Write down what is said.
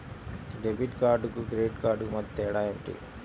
Debit కార్డుకు credit కార్డుకు మధ్య తేడా ఏమిటీ?